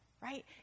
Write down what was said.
right